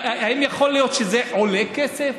האם יכול להיות שזה עולה כסף?